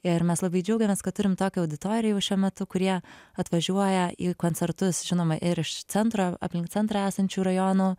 ir mes labai džiaugiamės kad turim tokią auditoriją jau šiuo metu kurie atvažiuoja į koncertus žinoma ir iš centro aplink centrą esančių rajonų